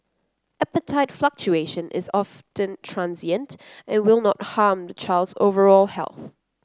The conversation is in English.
appetite fluctuation is often transient and will not harm the child's overall health